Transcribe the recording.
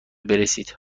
برسید